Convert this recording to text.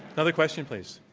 another question, please.